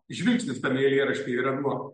žvilgsnis tame eilėraštyje yra nuo